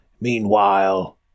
meanwhile